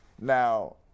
Now